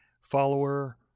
follower